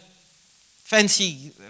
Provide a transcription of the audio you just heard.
fancy